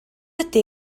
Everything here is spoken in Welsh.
ydy